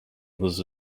was